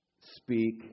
speak